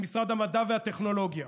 למשרד המדע והטכנולוגיה